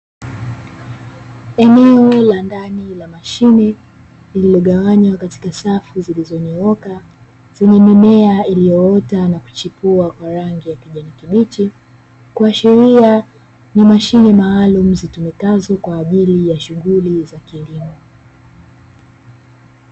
Eneo la ndani la mashine lilogawanywa katika safu zilizo nyooka katika eneo la shamba kuhashiria ni eneo maalumu kwaajili ya kilimo